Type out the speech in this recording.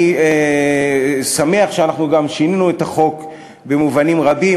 אני שמח שאנחנו גם שינינו את החוק במובנים רבים,